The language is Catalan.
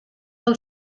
del